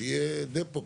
שיהיה דפו.